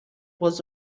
was